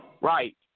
Right